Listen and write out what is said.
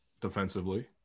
defensively